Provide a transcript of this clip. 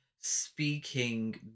speaking